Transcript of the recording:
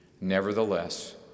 Nevertheless